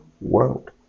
world